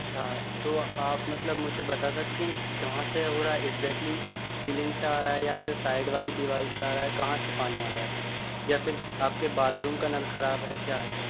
अच्छा तो आप मतलब मुझे बता सकती हैं कि कहाँ से हो रहा है इट्ज़ेक्टली सीलिंग से आ रहा है या फिर साइड वाली दीवाल से आ रहा है कहाँ से पानी आ रहा है या फिर आपके बाथरूम का नल खराब है क्या है